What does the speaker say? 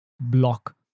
block